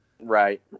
Right